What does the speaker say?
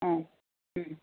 ആ മ്മ്